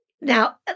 Now